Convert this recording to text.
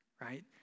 right